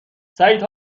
سعید